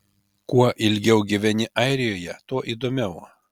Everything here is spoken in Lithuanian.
kuo ilgiau gyveni airijoje tuo įdomiau